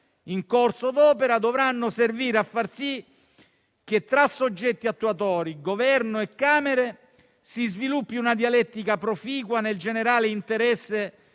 in corso d'opera, dovranno servire a far sì che tra soggetti attuatori, Governo e Camere si sviluppi una dialettica proficua, nel generale interesse